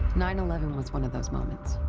nine eleven was one of those moments.